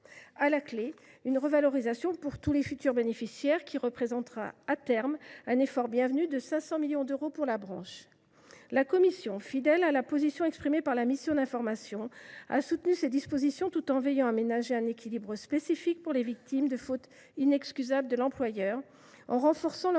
Il en résultera, pour tous les futurs bénéficiaires, une revalorisation représentant, à terme, un effort bienvenu de 500 millions d’euros pour la branche. La commission, fidèle à la position exprimée par la mission d’information, a soutenu ces dispositions tout en veillant à ménager un équilibre spécifique pour les victimes de faute inexcusable de l’employeur, en renforçant leur indemnisation